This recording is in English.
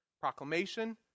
Proclamation